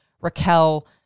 Raquel